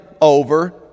over